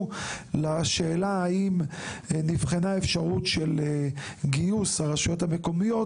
לשאלה האם נבחנה אפשרות של גיוס הרשויות המקומיות,